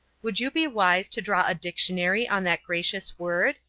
would you be wise to draw a dictionary on that gracious word?